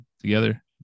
together